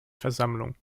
versammlung